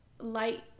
light